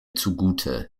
zugute